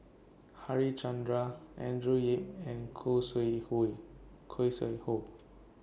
Harichandra Andrew Yip and Khoo Sui Hoe